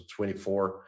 24